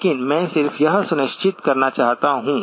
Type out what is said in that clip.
लेकिन मैं सिर्फ यह सुनिश्चित करना चाहता हूं